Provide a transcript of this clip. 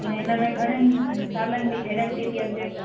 न न इनमें घणनि सालनि जी गेरंटी थी अचे